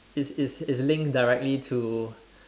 is is is link directly to